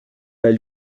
pas